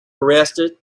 arrested